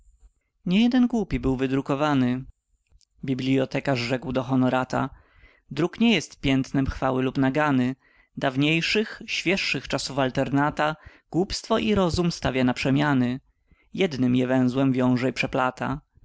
nie jeden głupi był wydrukowany bibliotekarz rzekł do honorata druk nie jest piętnem chwały lub nagany dawniejszych świeższych czasów alternata głupstwo i rozum stawia na przemiany jednym je węzłem wiąże i przeplata